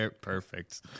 perfect